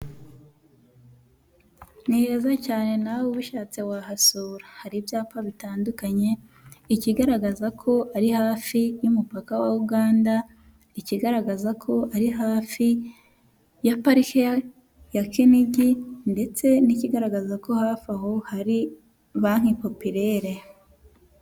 Ni heza cyane nawe ubishatse wahasura, hari ibyapa bitandukanye, ikigaragaza ko ari hafi y'umupaka wa Uganda, ikigaragaza ko ari hafi ya parike ya kinigi ndetse n'ikigaragaza ko hafi aho hari banki popilere.